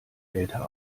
älter